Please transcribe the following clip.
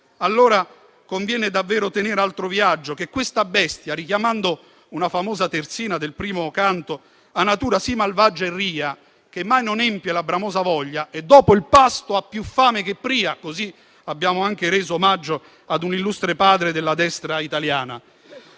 Allora conviene davvero «tenere altro viaggio», «ché questa bestia» - richiamando una famosa terzina del primo Canto - «ha natura sì malvagia e ria, / che mai non empie la bramosa voglia, / e dopo 'l pasto ha più fame che pria» (così abbiamo anche reso omaggio a un illustre padre della destra italiana).